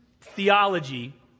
theology